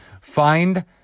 Find